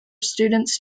students